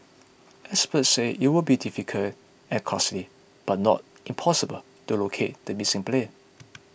experts say it will be difficult and costly but not impossible to locate the missing plane